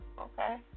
Okay